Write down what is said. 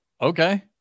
okay